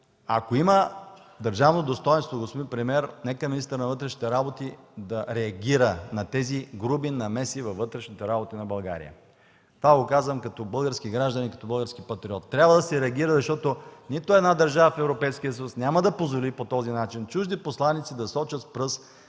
Ако има държавно достойнство, господин премиер, нека министърът на вътрешните работи да реагира на тези груби намеси във вътрешните работи на България. Това го казвам като български гражданин и като български патриот. Трябва да се реагира, защото нито една държава в Европейския съюз няма да позволи по този начин чужди посланици да сочат с пръст,